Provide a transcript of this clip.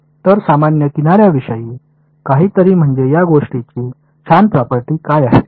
तर सामान्य किनार्यांविषयी काहीतरी म्हणजे या गोष्टींची छान प्रॉपर्टी काय आहे